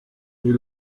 est